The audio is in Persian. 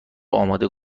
اماده